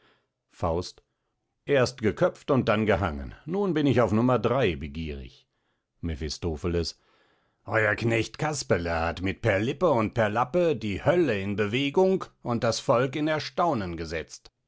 faust erst geköpft und dann gehangen nun bin ich auf nummer drei begierig mephistopheles euer knecht casperle hat mit perlippe und perlappe die hölle in bewegung und das volk in erstaunen gesetzt